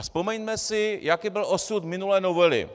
Vzpomeňme si, jaký byl osud minulé novely.